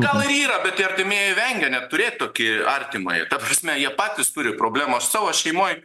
gal ir yra bet tie artimieji vengia net turėt tokį artimąjį ta prasme jie patys turi problemų savo šeimoj